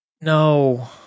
No